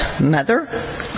mother